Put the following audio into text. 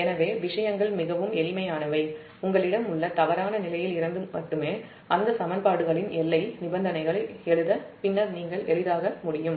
எனவே உங்களிடம் உள்ள தவறான நிலையில் இருந்து மட்டுமே அந்த சமன்பாடுகளின் எல்லை நிபந்தனைகளை எழுத விஷயங்கள் மிகவும் எளிமையானவை